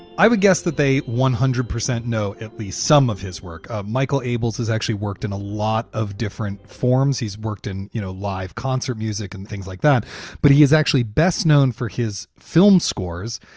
i would guess that they one hundred percent know at least some of his work. ah michael abels has actually worked in a lot of different forms. he's worked in, you know, live concert music and things like that but he is actually best known for his film scores,